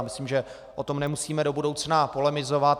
Myslím, že o tom nemusíme do budoucna polemizovat.